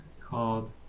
called